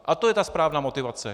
A to je ta správná motivace.